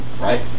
right